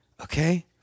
okay